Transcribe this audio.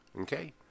Okay